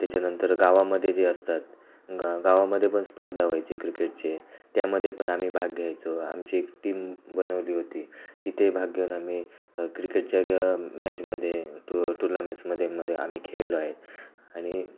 त्याच्यानंतर गावामध्ये जे असतात गाव गावामध्ये पण स्पर्धा व्हायचे क्रिकेटचे त्यामध्ये पण आम्ही भाग घ्यायचो आमची एक टीम बनवली होती तिथे भाग घेऊन आम्ही क्रिकेटच्या मॅचमध्ये टु टुर्नामेंट्समध्ये आम्ही खेळलोय आणि